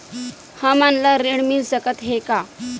हमन ला ऋण मिल सकत हे का?